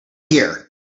here